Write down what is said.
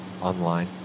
online